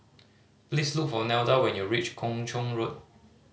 please look for Nelda when you reach Kung Chong Road